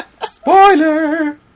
spoiler